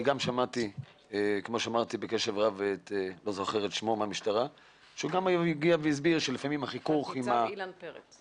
שמעתי גם את נציג המשטרה תנ"צ אילן פרץ